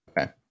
Okay